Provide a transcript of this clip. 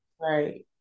right